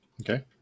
Okay